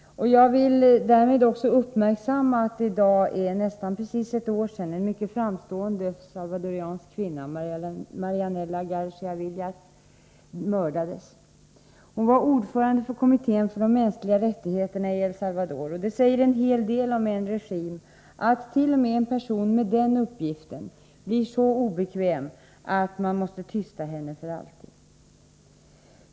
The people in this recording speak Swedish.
Jag vill därmed också uppmärksamma kammaren på att det i dag är nästan precis ett år sedan en mycket framstående salvadoransk kvinna, Marianella Garcia Villas, mördades. Hon var ordförande för kommittén för mänskliga rättigheter i El Salvador. Det säger en hel del om regimen där att t.o.m. en person med den uppgiften blir så obekväm att hon måste tystas för alltid.